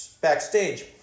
backstage